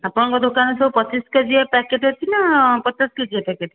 ଆପଣଙ୍କ ଦୋକାନରେ ସବୁ ପଚିଶ କେଜିଆ ପ୍ୟାକେଟ୍ ଅଛି ନା ପଚାଶ କେଜିଆ ପ୍ୟାକେଟ୍